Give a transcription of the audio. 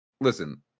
listen